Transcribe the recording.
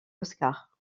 oscar